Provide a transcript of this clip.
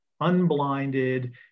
unblinded